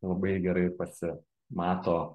labai gerai pasi mato